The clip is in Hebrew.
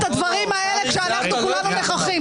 את הדברים האלה כשאנחנו כולנו נוכחים.